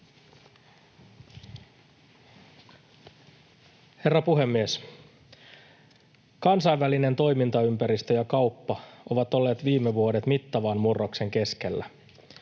Herra puhemies! Kansainvälinen toimintaympäristö ja kauppa ovat olleet viime vuodet mittavan murroksen keskellä.